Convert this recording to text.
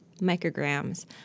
micrograms